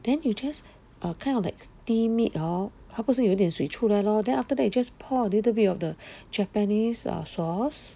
then you just err kind of like steam it hor 它不是有一点水出来 lor then after that just pour a little bit of the Japanese ah sauce